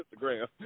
Instagram